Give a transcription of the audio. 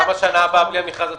ובשנה הבאה, בלי המכרז הצפוני?